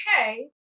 okay